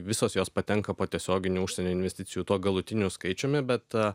visos jos patenka po tiesioginiu užsienio investicijų tuo galutiniu skaičiumi bet